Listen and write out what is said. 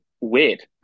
weird